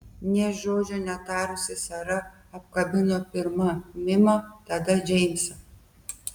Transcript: nė žodžio netarusi sara apkabino pirma mimą tada džeimsą